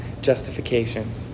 justification